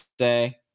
say